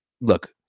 look